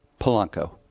Polanco